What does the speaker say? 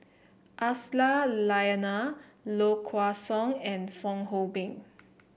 Aisyah Lyana Low Kway Song and Fong Hoe Beng